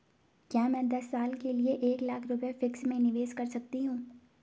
क्या मैं दस साल के लिए एक लाख रुपये फिक्स में निवेश कर सकती हूँ?